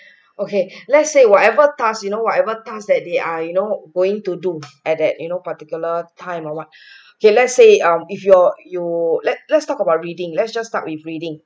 okay let's say whatever task you know whatever tasks that they are you know going to do at that you know particular time or what okay let's say um if you're you let let's talk about reading let's just start with reading